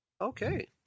Okay